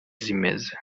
zimeze